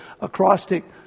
acrostic